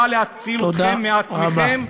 בא להציל אתכם מעצמכם,